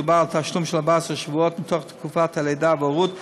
מדובר על תשלום של 14 שבועות מתוך תקופת הלידה וההורות הכוללת,